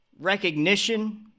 recognition